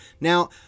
Now